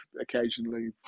occasionally